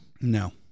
No